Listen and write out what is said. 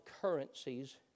currencies